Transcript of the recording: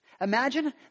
Imagine